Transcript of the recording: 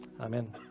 amen